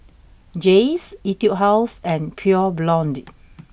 Jays Etude House and Pure Blonde